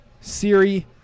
Siri